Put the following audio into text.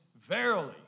verily